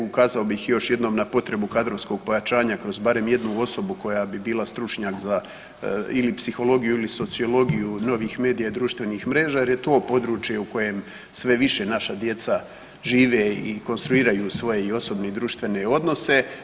Ukazao bih još jednom potrebu kadrovskog pojačanja kroz barem jednu osobu koja bi bila stručnjak ili za psihologiju ili sociologiju novih medija društvenih mreža jer je to područje u kojem sve više naša djeca žive i konstruiraju svoje osobne i društvene odnose.